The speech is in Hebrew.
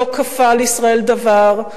לא כפה על ישראל דבר,